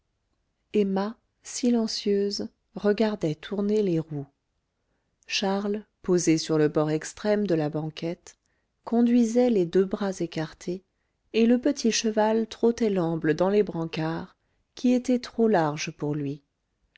emma silencieuse regardait tourner les roues charles posé sur le bord extrême de la banquette conduisait les deux bras écartés et le petit cheval trottait l'amble dans les brancards qui étaient trop larges pour lui